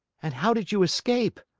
and how did you escape?